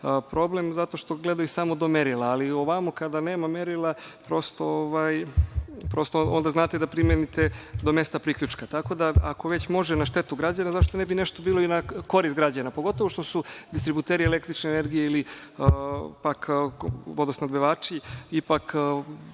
problem, zato što gledaju samo do merila, ali ovamo kada nema merila, onda znate da primenite do mesta priključka, tako da ako već može na štetu građana zašto ne bi nešto bilo i na korist građana, pogotovo što su distributeri električne energije ili pak vodosnabdevači,